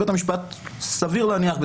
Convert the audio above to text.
סביר להניח,